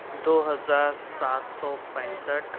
دو ہزار سات سو پینسٹھ